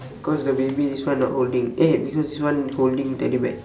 because the baby this one not holding eh because this one holding teddy bear